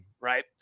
right